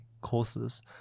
courses